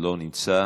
לא נמצא.